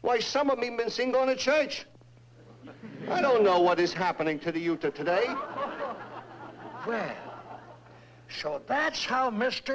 why some of me missing going to church i don't know what is happening to the youth of today show that's how mr